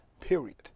period